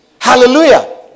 Hallelujah